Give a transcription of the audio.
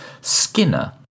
Skinner